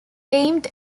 aimed